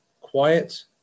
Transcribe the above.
quiet